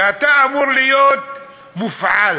שאתה אמור להיות מופעל?